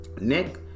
Nick